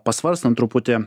pasvarstant truputį